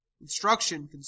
instruction